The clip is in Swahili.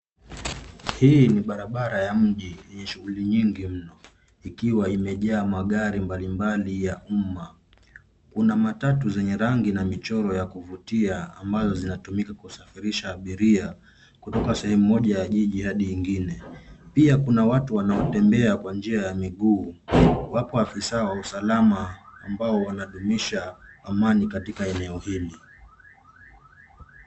Hili ni barabara ya mji yenye shughuli nyingi mno, ikiwa imejaa magari mbali mbali ya umma. Kuna matatu zenye rangi na michoro ya kuvutia ambayo zinatumika kusafirisha abiria kutoka sehemu moja ya jiji hadi ingine. Pia kuna watu wanaotembea kwa njia ya miguu. Wapo afisa wa usalama ambao wanadumisha amani katika eneo hili.